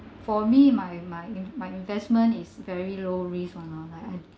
for me my my my investment is very low risk on like I